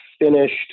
finished